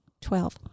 Twelve